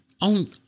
on